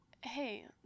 Hey